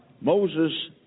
Moses